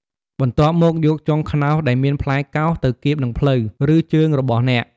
បន្ទាប់មក យកចុងខ្នោសដែលមានផ្លែកោស ទៅគៀបនឹងភ្លៅ ឬជើងរបស់អ្នក។